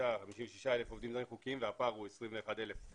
ו-56 אלף עובדים לא חוקיים, והפער הוא 21 אלף.